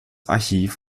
archiv